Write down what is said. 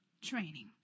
Training